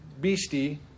beastie